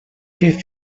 què